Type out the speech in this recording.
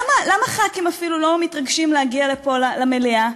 למה חברי כנסת אפילו לא מתרגשים להגיע לפה למליאה?